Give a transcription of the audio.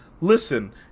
listen